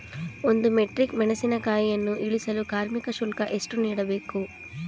ಒಂದು ಮೆಟ್ರಿಕ್ ಮೆಣಸಿನಕಾಯಿಯನ್ನು ಇಳಿಸಲು ಕಾರ್ಮಿಕ ಶುಲ್ಕ ಎಷ್ಟು ನೀಡಬೇಕು?